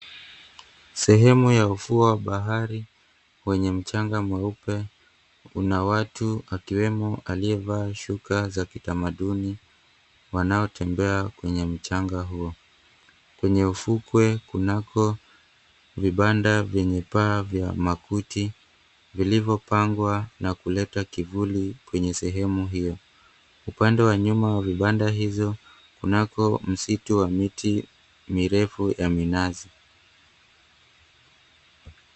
Sehemu ya ufuo wa bahari kwenye mchanga mweupe, kuna watu akiwemo aliyevaa shuka za kitamaduni, wanaotembea kwenye mchanga huo. Kwenye ufukwe kunako vibanda venye paa vya makuti vilivyopangwa na kuleta kivuli kwenye sehemu hiyo. Upande wa nyuma wa vibanda hizo kunako msitu wa miti mirefu ya minazi.